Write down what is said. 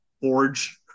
Forge